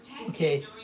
Okay